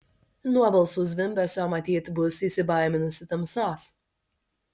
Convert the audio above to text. nuo balsų zvimbesio matyt bus įsibaiminusi tamsos